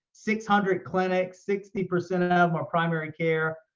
six hundred clinics. sixty percent of them are primary care.